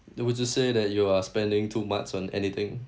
then would you say that you are spending too much on anything